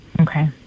Okay